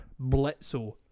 blitzo